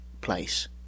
place